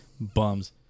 Bums